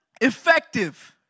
Effective